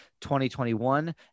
2021